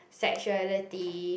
sexuality